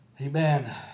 amen